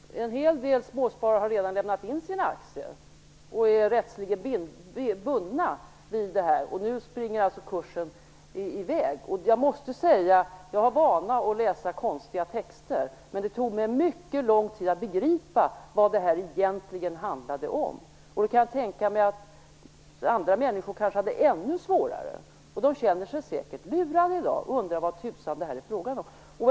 Fru talman! En hel del småsparare har redan lämnat in sina aktier och är rättsligen bundna av detta, och nu springer kursen i väg. Jag har vana att läsa konstiga texter. Men det tog mig mycket lång tid att begripa vad detta egentligen handlade om. Jag kan tänka mig att andra människor kanske hade ännu svårare. De känner sig säkert lurade i dag och undrar vad det är fråga om.